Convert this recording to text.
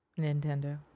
Nintendo